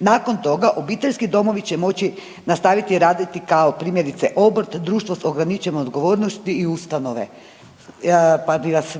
Nakon toga obiteljski domovi će moći nastaviti raditi kao primjerice obrt, društvo sa ograničenom odgovornosti i ustanove. Pa bih vas,